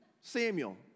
Samuel